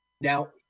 Now